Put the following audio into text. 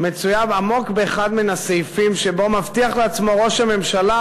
מצויה עמוק באחד מן הסעיפים שבו מבטיח לעצמו ראש הממשלה,